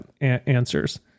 answers